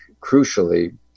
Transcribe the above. crucially